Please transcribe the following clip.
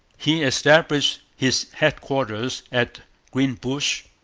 he established his headquarters at greenbush,